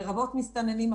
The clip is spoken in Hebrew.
לרבות מסתננים,